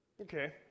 Okay